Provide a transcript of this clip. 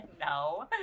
No